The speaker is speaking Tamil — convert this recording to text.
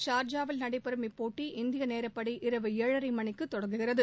ஷார்ஜாவில் நடைபெறும் இப்போட்டி இந்திய நேரப்படி இரவு ஏழரை மணிக்கு தொடங்குகிறது